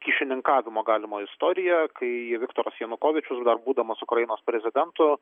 kyšininkavimo galimo istorijoj kai viktoras janukovyčius dar būdamas ukrainos prezidentu